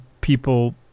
people